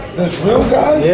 there's real guys,